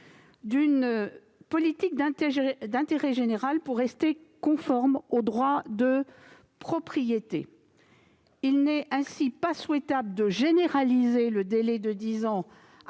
d'une politique d'intérêt général pour rester conforme au droit de propriété. Ainsi, il n'est pas souhaitable de généraliser le délai de dix ans